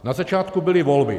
Na začátku byly volby.